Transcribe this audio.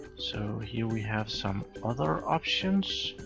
so here we have some other options.